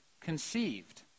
conceived